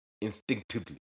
instinctively